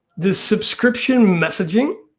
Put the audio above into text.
the subscription messaging